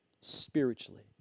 spiritually